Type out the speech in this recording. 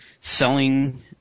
selling